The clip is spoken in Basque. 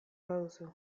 baduzu